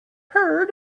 heard